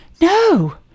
no